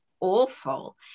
awful